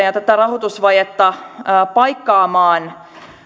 ja tätä rahoitusvajetta paikkaamaan